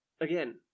again